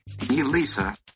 Elisa